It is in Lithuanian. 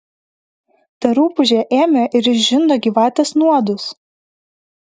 ta rupūžė ėmė ir išžindo gyvatės nuodus